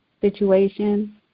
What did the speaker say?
situation